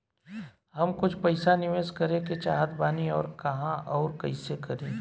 हम कुछ पइसा निवेश करे के चाहत बानी और कहाँअउर कइसे करी?